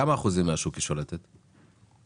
בכמה אחוזים מהשוק שולטת חברת מאקו?